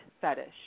fetish